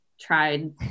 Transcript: tried